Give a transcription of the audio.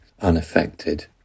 unaffected